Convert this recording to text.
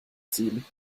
ziehen